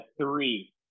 Three